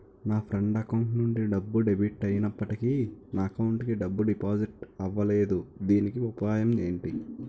నా friend account నుండి డబ్బు డెబిట్ అయినప్పటికీ నా అకౌంట్ కి డబ్బు డిపాజిట్ అవ్వలేదుదీనికి ఉపాయం ఎంటి?